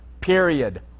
Period